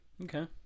Okay